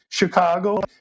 Chicago